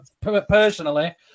Personally